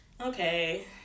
okay